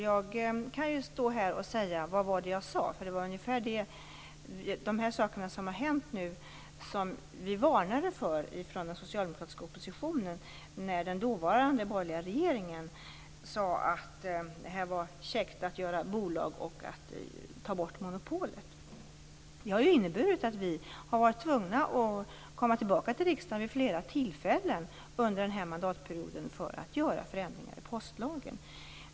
Jag skulle kunna stå här och säga "vad var det jag sade", för det var ungefär de saker som har hänt som vi i den socialdemokratiska oppositionen varnade för när den dåvarande borgerliga regeringen tyckte att det var käckt att göra bolag och ta bort monopolet. Detta har inneburit att vi har varit tvungna att komma tillbaka till riksdagen vid flera tillfällen under den här mandatperioden för att göra förändringar i postlagen.